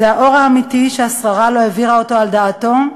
זה האור האמיתי, שהשררה לא העבירה אותו על דעתו,